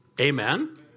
Amen